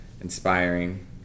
inspiring